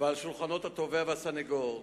ועל שולחנות התובע והסניגור,